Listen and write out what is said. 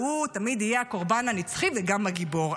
והוא תמיד יהיה הקורבן הנצחי וגם הגיבור.